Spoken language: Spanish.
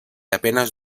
apenas